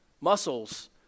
muscles